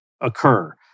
occur